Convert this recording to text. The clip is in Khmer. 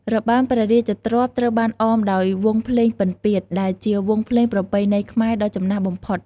របាំព្រះរាជទ្រព្យត្រូវបានអមដោយ វង់ភ្លេងពិណពាទ្យ ដែលជាវង់ភ្លេងប្រពៃណីខ្មែរដ៏ចំណាស់បំផុត។